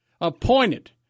appointed